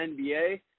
NBA